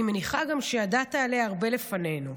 אני מניחה גם שידעת עליה הרבה לפנינו.